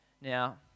Now